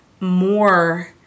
more